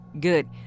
Good